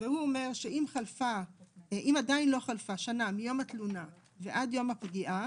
הוא אומר שאם עדיין לא חלפה שנה מיום התלונה ועד יום הפגיעה